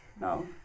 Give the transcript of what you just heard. no